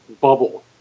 bubble